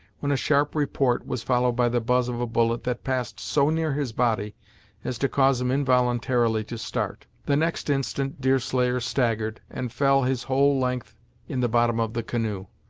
when a sharp report was followed by the buzz of a bullet that passed so near his body as to cause him involuntarily to start. the next instant deerslayer staggered, and fell his whole length in the bottom of the canoe.